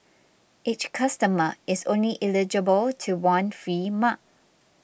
each customer is only eligible to one free mug